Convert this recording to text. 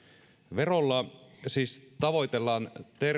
verolla siis tavoitellaan